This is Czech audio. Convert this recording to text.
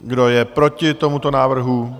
Kdo je proti tomuto návrhu?